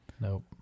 Nope